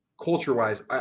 Culture-wise